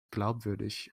glaubwürdig